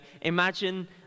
imagine